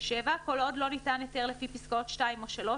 (7)כל עוד לא ניתן היתר לפי פסקאות (2) או (3),